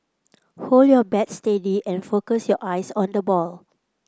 hold your bat steady and focus your eyes on the ball